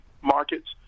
markets